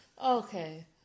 Okay